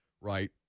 right